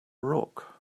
rock